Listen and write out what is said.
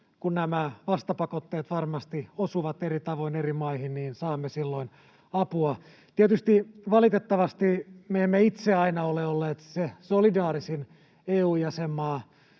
nämä vastapakotteet varmasti osuvat eri tavoin eri maihin, niin saamme silloin apua. Tietysti valitettavasti me emme itse aina ole olleet se solidaarisin EU-jäsenmaa.